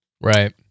Right